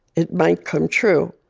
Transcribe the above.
it might come true